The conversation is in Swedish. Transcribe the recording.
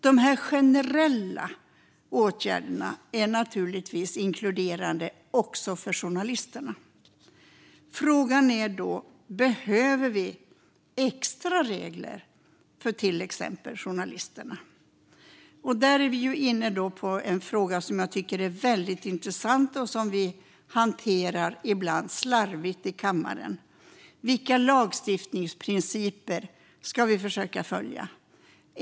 Dessa generella åtgärder inkluderar naturligtvis också journalisterna. Frågan är då om vi behöver extra regler för till exempel journalisterna. Där är vi inne på en fråga som jag tycker är väldigt intressant och som vi ibland hanterar slarvigt i kammaren. Vilka lagstiftningsprinciper ska vi försöka följa?